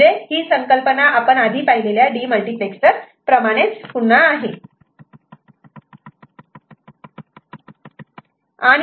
तर ही संकल्पना आपण आधी पाहिलेल्या डीमल्टिप्लेक्सर प्रमाणेच आहे